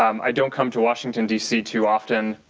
um i don't come to washington, d c. too often.